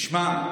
תשמע,